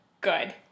good